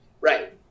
Right